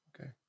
okay